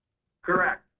correct.